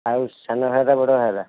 ଆଉ ସାନ ଘାଗରା ବଡ଼ ଘାଗରା